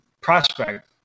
prospect